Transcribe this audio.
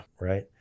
right